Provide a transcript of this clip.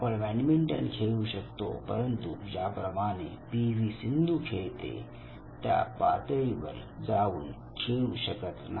आपण बॅडमिंटन खेळू शकतो परंतु ज्याप्रमाणे पी व्ही सिंधू खेळते त्या पातळीवर जाऊन खेळू शकत नाही